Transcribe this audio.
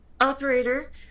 Operator